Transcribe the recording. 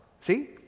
See